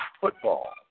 football